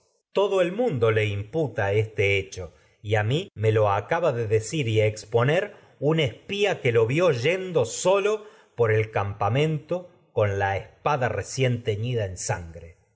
mismos el mundo le imputa este decir y hecho y a mi que lo acaba de exponer un espía le vió yendo teñida solo en por el campamento yo sin con la espada recién voy sangre